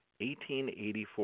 1884